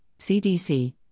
CDC